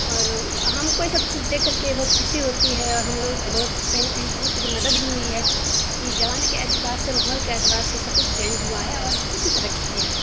اور ہم کو یہ سب چیز دیکھ کر کے بہت خوشی ہوتی ہے اور ہم لوگوں کی بہت کہیں نہ کہیں بہت ساری مدد بھی ہوئی ہے کہ زمانے کے اعتبار سے ماحول کے اعتبار سے سب کچھ چینج ہوا ہے اور بہت ہی ترقی کیا ہے